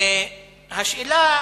השאלה